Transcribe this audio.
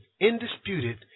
indisputed